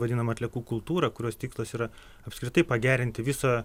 vadinamą atliekų kultūrą kurios tikslas yra apskritai pagerinti visą